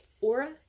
aura